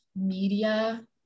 media